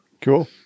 Cool